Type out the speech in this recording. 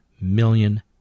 million